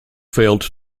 failed